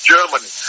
Germany